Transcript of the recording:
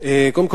קודם כול,